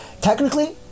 Technically